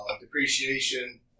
depreciation